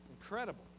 Incredible